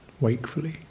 wakefully